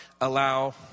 allow